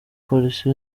polisi